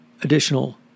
additional